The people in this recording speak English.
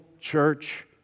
church